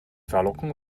verlockung